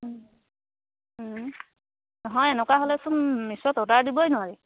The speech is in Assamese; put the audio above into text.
নহয় এনেকুৱা হ'লেচোন মিশছত অৰ্ডাৰ দিবই নোৱাৰি